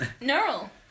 neural